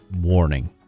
warning